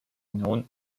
known